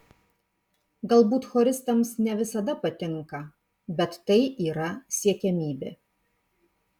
galbūt choristams ne visada patinka bet tai yra siekiamybė